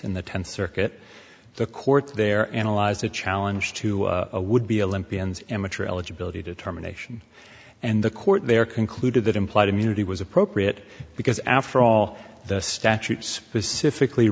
in the tenth circuit the court there analyzed the challenge to a would be olympians amateur eligibility determination and the court there concluded that implied immunity was appropriate because after all the statute specifically